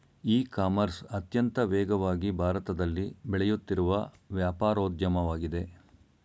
E commerce ಅತ್ಯಂತ ವೇಗವಾಗಿ ಭಾರತದಲ್ಲಿ ಬೆಳೆಯುತ್ತಿರುವ ವ್ಯಾಪಾರೋದ್ಯಮವಾಗಿದೆ